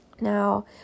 Now